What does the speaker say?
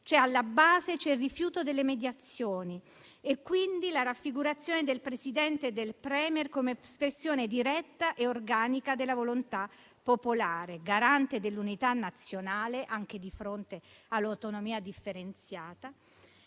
base ci sono il rifiuto delle mediazioni e quindi la raffigurazione del Presidente e del *Premier* come espressione diretta e organica della volontà popolare, garante dell'unità nazionale anche di fronte all'autonomia differenziata,